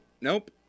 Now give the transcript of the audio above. nope